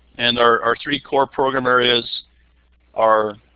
and our our three core program areas are